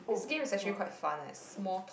this game is actually quite fun eh small talk